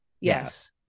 Yes